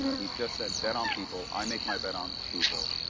you know he just said, bet on people, i make my bet on people.